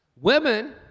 Women